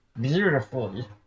beautifully